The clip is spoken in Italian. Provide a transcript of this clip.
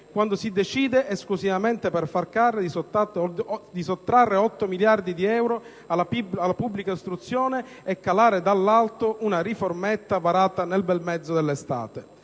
quando si decide, esclusivamente per fare cassa, di sottrarre 8 miliardi di euro alla pubblica istruzione e di calare dall'alto una riformetta varata nel bel mezzo dell'estate.